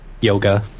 yoga